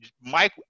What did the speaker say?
Mike